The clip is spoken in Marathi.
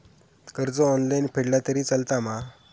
कर्ज ऑनलाइन फेडला तरी चलता मा?